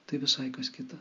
tai visai kas kita